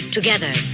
Together